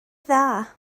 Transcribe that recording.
dda